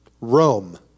Rome